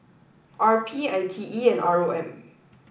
R P I T E and R O M